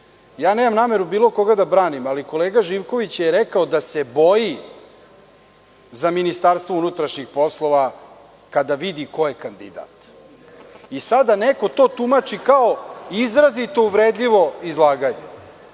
kaže. Nemam nameru bilo koga da branim, ali kolega Živković je rekao da se boji za Ministarstvo unutrašnjih poslova kada vidi ko je kandidat. Sada neko to tumači kao izrazito uvredljivo izlaganje.